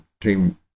team